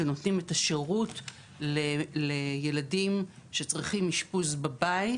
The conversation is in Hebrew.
שנותנים את השירות לילדים שצריכים אשפוז בבית.